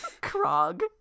Krog